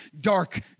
dark